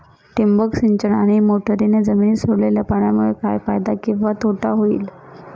ठिबक सिंचन आणि मोटरीने जमिनीत सोडलेल्या पाण्यामुळे काय फायदा किंवा तोटा होईल?